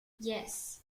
yes